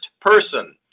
person